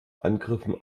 angriffen